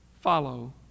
follow